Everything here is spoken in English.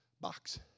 box